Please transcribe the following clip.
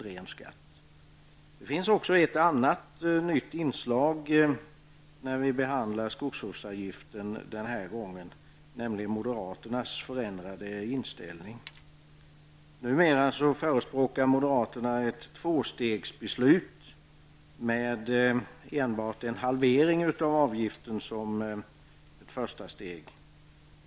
Men det finns också ett annat nytt inslag när vi den här gången behandlar skogsvårdsavgiften, nämligen moderaternas förändrade inställning. Numera förespråkar moderaterna ett tvåstegsbeslut med enbart en halvering av avgiften som det första steget.